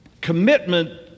Commitment